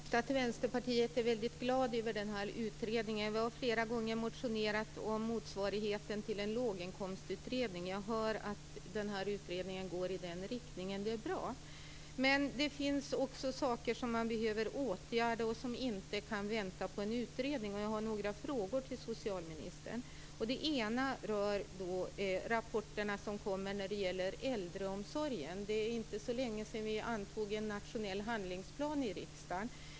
Fru talman! Jag har redan sagt att vi i Vänsterpartiet är väldigt glada över utredningen. Vi har flera gånger motionerat om motsvarigheten till en låginkomstutredning. Jag hör att den här utredningen går i den riktningen, och det är bra. Men det finns också saker som man behöver åtgärda och som inte kan vänta på en utredning. Jag har några frågor till socialministern. Den ena frågan rör rapporterna som kommer när det gäller äldreomsorgen. Det är inte så länge sedan vi antog en nationell handlingsplan i riksdagen.